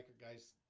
guys